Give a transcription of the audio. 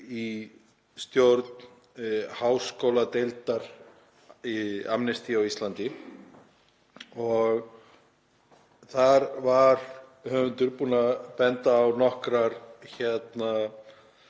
í stjórn háskóladeildar Amnesty á Íslandi. Þar var höfundur búinn að benda á nokkur bein